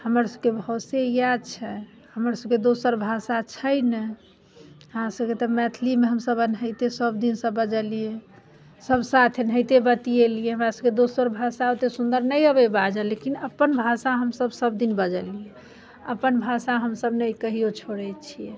हमर सभकेँ भाषे इएह छै हमर सभकेँ दोसर भाषा छै नहि हम सभ तऽ एनाहिते मैथिलीमे सभ दिन से बजलियै सभ साथ एनाहिते बतियेलियै हमरा सभकेँ दोसर भाषा ओतेक सुंदर नहि अबैया बाजऽ लेकिन अपन भाषा हम सभ सब दिन बजलियै अपन भाषा हम सभ नहि कहिओ छोड़ैत छियै